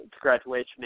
graduation